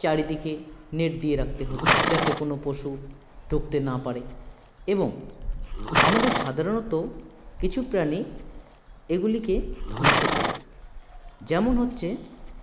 চারিদিকে নেট দিয়ে রাখতে হবে যাতে কোনো পশু ঢুকতে না পারে এবং আমাদের সাধারণত কিছু প্রাণী এগুলিকে ধ্বংস করে যেমন হচ্ছে